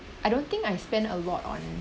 I don't think I spend a lot on